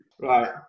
right